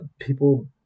people